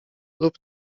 lub